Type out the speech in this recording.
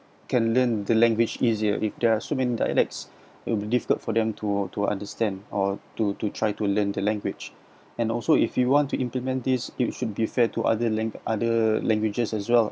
can learn the language easier if there are so many dialects it will be difficult for them to to understand or to to try to learn the language and also if you want to implement this you should be fair to other lan~ other languages as well